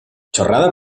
chorrada